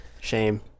Shame